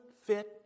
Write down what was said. fit